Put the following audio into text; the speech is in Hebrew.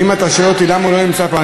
ואם אתה שואל אותי למה הוא לא נמצא פה,